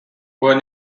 were